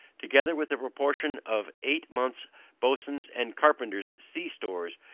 together with a proportion of eight months boatswain's and carpenter's sea-stores,